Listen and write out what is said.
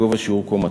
בגובה שהוא קומתו.